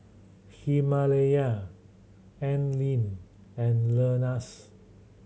Himalaya Anlene and Lenas